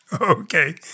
okay